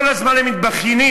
כל הזמן הם מתבכיינים.